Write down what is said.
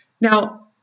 Now